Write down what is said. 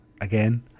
again